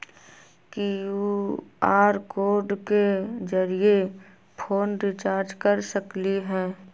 QR code के जरिय phone recharge कर सकली ह?